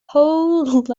howe